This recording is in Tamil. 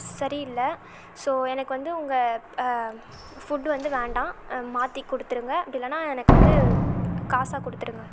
சரியில்லை ஸோ எனக்கு வந்து உங்கள் ஃபுட்டு வந்து வேண்டாம் மாற்றி கொடுத்துருங்க அப்படி இல்லைன்னா எனக்கு வந்து காசாக கொடுத்துடுங்க